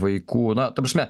vaikų na ta prasme